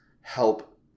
help